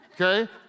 Okay